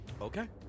Okay